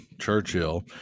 Churchill